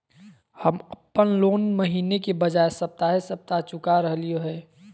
हम अप्पन लोन महीने के बजाय सप्ताहे सप्ताह चुका रहलिओ हें